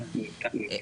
הקורונה.